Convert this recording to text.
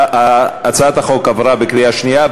הצעת החוק עברה בקריאה שנייה,